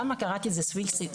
למה קראתי לזה כך?